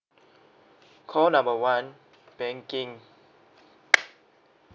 call number one banking